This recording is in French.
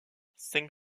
cinq